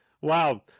Wow